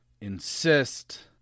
insist